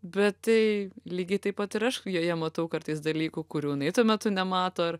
bet tai lygiai taip pat ir aš joje matau kartais dalykų kurių jinai tuo metu nemato ir